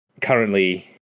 Currently